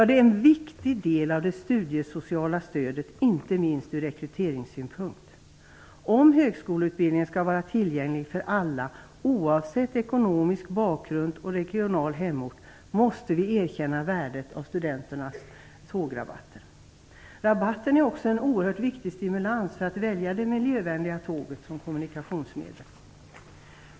Det är en viktig del av det studiesociala stödet, inte minst ur rekryteringssynpunkt. Om högskoleutbildningen skall vara tillgänglig för alla, oavsett ekonomisk bakgrund och regional hemort, måste vi erkänna värdet av studenternas tågrabatter. Rabatten är också en oerhört viktig stimulans att välja det miljövänliga tåget som kommunikationsmedel.